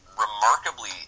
remarkably